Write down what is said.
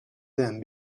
them